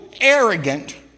arrogant